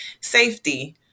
safety